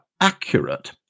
accurate